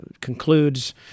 concludes